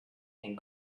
and